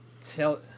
tell